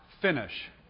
finish